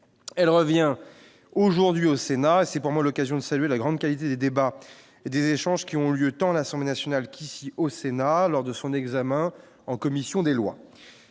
elle revient aujourd'hui au Sénat, c'est pour moi l'occasion de saluer la grande qualité des débats et des échanges qui ont lieu, tant à l'Assemblée nationale qu'ici au Sénat lors de son examen en commission des lois,